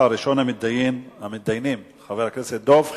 ראשון המתדיינים, חבר הכנסת דב חנין,